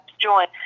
join